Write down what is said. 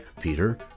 Peter